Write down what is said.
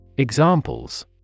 Examples